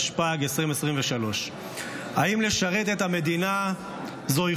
התשפ"ג 2023. האם לשרת את המדינה זוהי